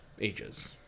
ages